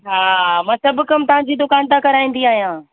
हा मां सभु कम तव्हांजी दुकानु तां कराईंदी आहियां